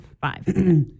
Five